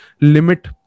limit